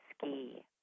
ski